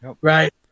Right